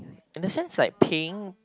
in that sense like paying